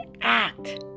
act